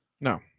No